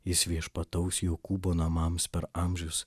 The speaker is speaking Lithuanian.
jis viešpataus jokūbo namams per amžius